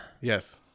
Yes